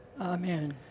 Amen